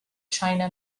china